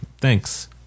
Thanks